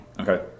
okay